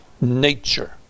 nature